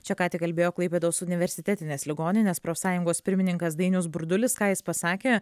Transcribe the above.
čia ką tik kalbėjo klaipėdos universitetinės ligoninės profsąjungos pirmininkas dainius burdulis ką jis pasakė